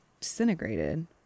disintegrated